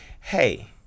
hey